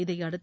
இதையடுத்து